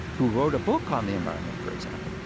who wrote a book on the environment, for example,